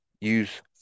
use